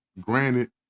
Granted